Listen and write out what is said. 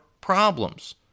problems